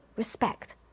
respect